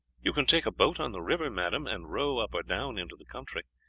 you can take a boat on the river, madame, and row up or down into the country.